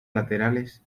laterales